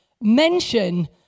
mention